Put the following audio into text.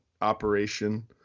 operation